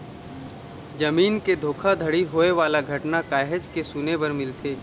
जमीन के धोखाघड़ी होए वाला घटना काहेच के सुने बर मिलथे